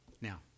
Now